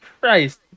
Christ